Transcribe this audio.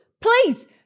Please